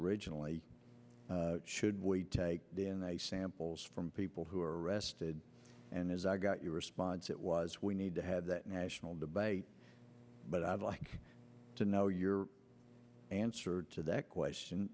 originally should we then they samples from people who were arrested and as i got your response it was we need to have that national debate but i'd like to know your answer to that question